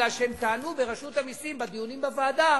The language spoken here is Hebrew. כי הם טענו, רשות המסים, בדיונים בוועדה,